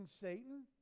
Satan